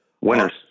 Winners